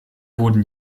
wurden